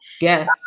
yes